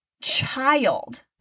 child